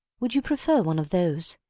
would you prefer one of those?